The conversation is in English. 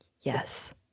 Yes